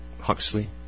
Huxley